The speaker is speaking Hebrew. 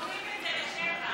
קובעים את זה לשבע.